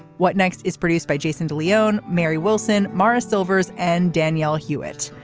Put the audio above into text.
what next is produced by jason de leone. mary wilson morris silvers and danielle hewett.